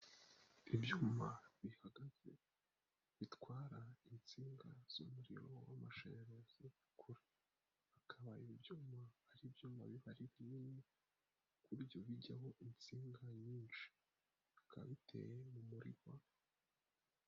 Ibyuma bihagaze bitwara insinga z'umuriro w'amashanyarazi kure, hakaba ibyuma ari ibyuma bihari binini ku buryo bijyamo insinga nyinshi bikaba biteye mu murima.